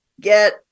Get